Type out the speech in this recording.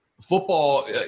Football